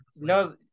no